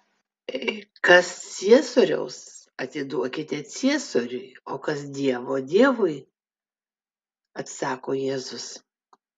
kas ciesoriaus atiduokite ciesoriui o kas dievo dievui atsako jėzus